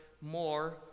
more